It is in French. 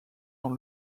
dans